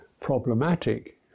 problematic